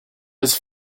was